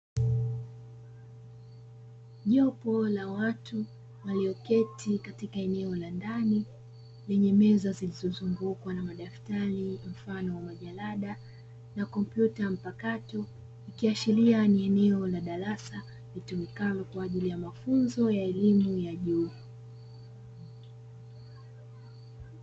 Jopo la watu walioketi katika eneo la ndani lenye meza zilizozungukwa na: madaftari, majalada na kompyuta mpakato; ikiashiria ni eneo la darasa litumikalo kwa ajili ya mafunzo ya elimu ya vyuo vikuu.